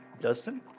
Dustin